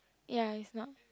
ya is not